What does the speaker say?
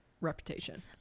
Reputation